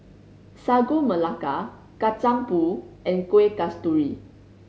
Sagu Melaka Kacang Pool and Kueh Kasturi